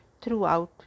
throughout